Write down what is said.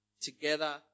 together